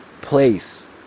place